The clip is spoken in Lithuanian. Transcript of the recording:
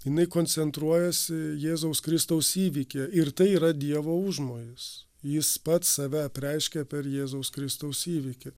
jinai koncentruojasi jėzaus kristaus įvykyje ir tai yra dievo užmojis jis pats save apreiškė per jėzaus kristaus įvykį